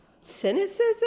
cynicism